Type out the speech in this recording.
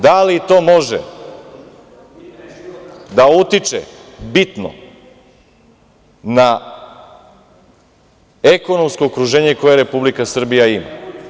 Da li to može da utiče bitno na ekonomsko okruženje koje Republika Srbija ima?